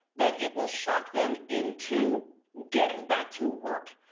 that it will shock them into getting back to work,